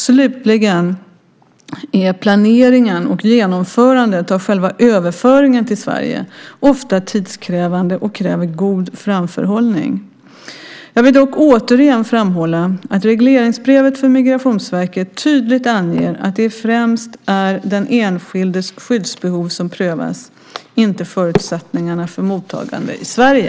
Slutligen är planeringen och genomförandet av själva överföringen till Sverige ofta tidskrävande och kräver god framförhållning. Jag vill dock återigen framhålla att regleringsbrevet för Migrationsverket tydligt anger att det främst är den enskildes skyddsbehov som prövas, inte förutsättningarna för mottagande i Sverige.